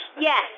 Yes